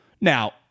Now